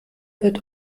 wird